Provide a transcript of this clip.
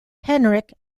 henrik